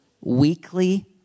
weekly